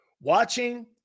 Watching –